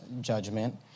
judgment